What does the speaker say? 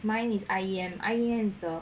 mine is I_E_M I_E_M is the